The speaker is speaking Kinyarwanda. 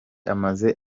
amaze